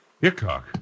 Hickok